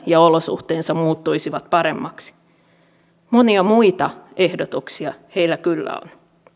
ja olosuhteensa muuttuisivat paremmaksi monia muita ehdotuksia heillä kyllä on